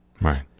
Right